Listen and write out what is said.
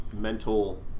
mental